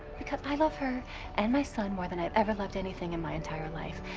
because i love her and my son more than i've ever loved anything in my entire life.